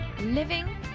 living